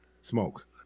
smoke